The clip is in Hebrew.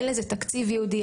אין לזה תקציב ייעודי,